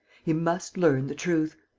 he must learn the truth.